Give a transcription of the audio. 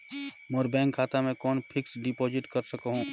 मोर bank खाता मे कौन फिक्स्ड डिपॉजिट कर सकहुं?